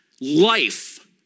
life